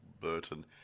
Burton